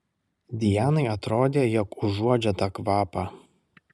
dianai atrodė jog užuodžia tą kvapą